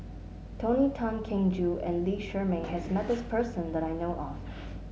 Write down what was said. Tony Tan Keng Joo and Lee Shermay has met this person that I know of